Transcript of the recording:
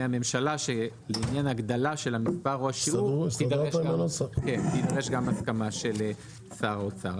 הממשל שלעניין הגדלה של המספר או השיעור תידרש גם הסכמה של שר האוצר.